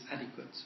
adequate